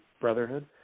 brotherhood